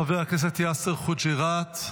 חבר הכנסת יאסר חוג'יראת,